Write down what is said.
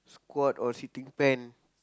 squat or sitting pen